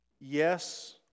yes